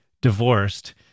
divorced